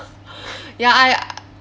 ya I